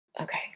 Okay